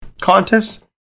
contest